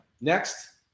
Next